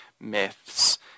myths